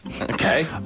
Okay